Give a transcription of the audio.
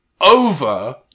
over